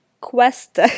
quest